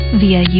via